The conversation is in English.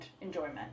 enjoyment